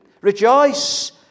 Rejoice